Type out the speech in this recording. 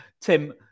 Tim